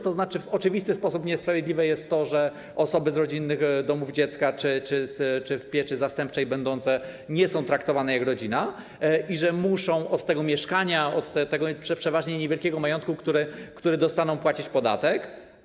To znaczy w oczywisty sposób niesprawiedliwe jest to, że osoby z rodzinnych domów dziecka czy będące w pieczy zastępczej nie są traktowane jak rodzina i że muszą od mieszkania, od tego przeważnie niewielkiego majątku, który dostaną, płacić podatek.